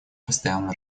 постоянно